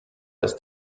ist